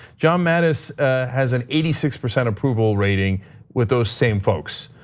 john mattis has an eighty six percent approval rating with those same folks.